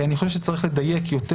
אני חושב שצריך לדייק יותר,